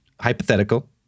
Hypothetical